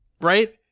right